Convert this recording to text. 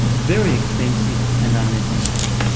very expensive, and unnecessary.